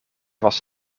was